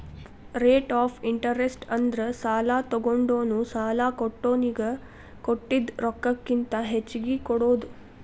rate of interest ಅಂದ್ರ ಸಾಲಾ ತೊಗೊಂಡೋನು ಸಾಲಾ ಕೊಟ್ಟೋನಿಗಿ ಕೊಟ್ಟಿದ್ ರೊಕ್ಕಕ್ಕಿಂತ ಹೆಚ್ಚಿಗಿ ಕೊಡೋದ್